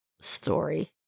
story